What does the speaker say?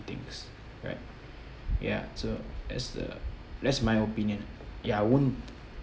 things right ya so that's the that's my opinion ya I won't